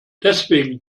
deswegen